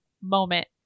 moment